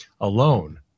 alone